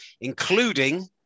including